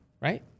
right